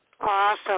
Awesome